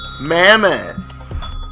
mammoth